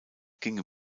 ging